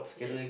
yes